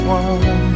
one